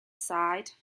side